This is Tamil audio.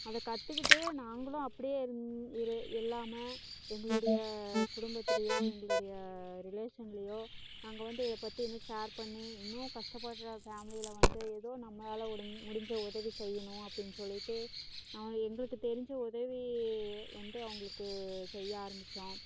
அதை கற்றுக்கிட்டு நாங்களும் அப்படியே இருந் இரு இல்லாமல் எங்களுடைய குடும்பத்திலையோ எங்களுடைய ரிலேஷன்லையோ நாங்கள் வந்து இதை பற்றி இன்னும் ஷேர் பண்ணி இன்னும் கஷ்டப்படுற ஃபேமிலியில வந்து ஏதோ நம்மளால் ஒடிஞ் முடிந் உதவி செய்யணும் அப்படின்னு சொல்லிட்டு நான் எங்களுக்கு தெரிந்த உதவி வந்து அவங்களுக்கு செய்ய ஆரம்பித்தோம்